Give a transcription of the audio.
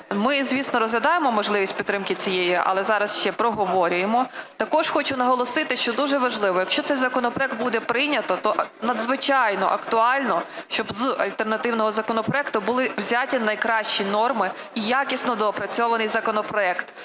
Ми, звісно, розглядаємо можливість підтримки цієї, але зараз ще проговорюємо. Також хочу наголосити, що дуже важливо, якщо цей законопроект буде прийнято, то надзвичайно актуально, щоб з альтернативного законопроекту були взяті найкращі норми і якісно доопрацьований законопроект,